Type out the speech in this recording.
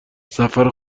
سفر